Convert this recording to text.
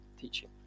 teaching